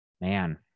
Man